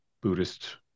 buddhist